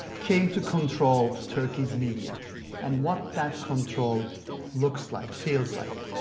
came to control turkey's media and what that control looks like, feels like.